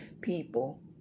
people